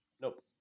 Nope